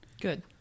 Good